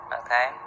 okay